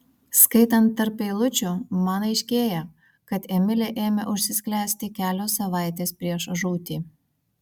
skaitant tarp eilučių man aiškėja kad emilė ėmė užsisklęsti kelios savaitės prieš žūtį